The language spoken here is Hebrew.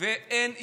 ואין היגיון.